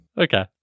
Okay